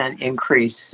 increase